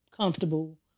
Comfortable